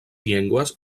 llengües